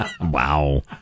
Wow